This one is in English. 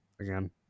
again